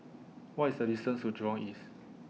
What IS The distance to Jurong East